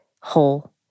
whole